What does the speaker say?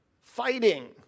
fighting